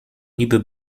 niby